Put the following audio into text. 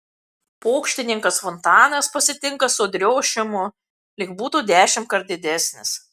pokštininkas fontanas pasitinka sodriu ošimu lyg būtų dešimtkart didesnis